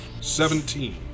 Seventeen